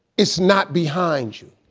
it's not behind you.